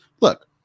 look